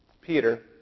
Peter